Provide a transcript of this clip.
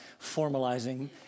formalizing